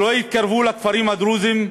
שלא יתקרבו לכפרים הדרוזיים?